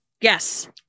Yes